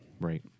Right